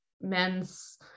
men's